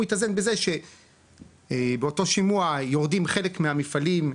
התאזן בזה שבאותו שימוע יורדים חלק מהמפעלים,